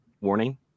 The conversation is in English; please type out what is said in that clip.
warning